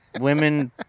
Women